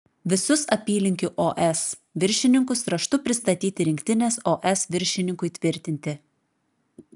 visus apylinkių os viršininkus raštu pristatyti rinktinės os viršininkui tvirtinti